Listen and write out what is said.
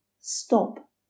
Stop